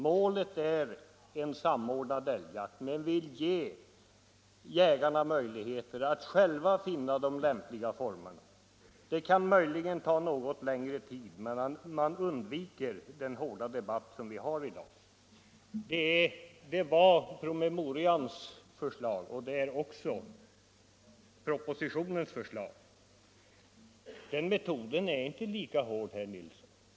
Målet är en samordnad älgjakt, men man vill ge jägarna möjligheter att själva finna de lämpliga formerna. Det kan måhända ta något längre tid, men man undviker den hätska debatt som vi har i dag. Det var promemorians förslag och det är också propositionens förslag. Den metoden är inte lika hård, herr Nilsson.